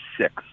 six